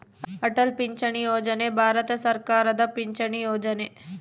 ಅಟಲ್ ಪಿಂಚಣಿ ಯೋಜನೆ ಭಾರತ ಸರ್ಕಾರದ ಪಿಂಚಣಿ ಯೊಜನೆ